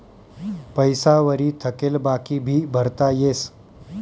पैसा वरी थकेल बाकी भी भरता येस